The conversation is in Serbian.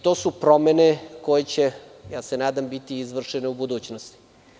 To su promene koje će, ja se nadam, biti izvršene u budućnosti.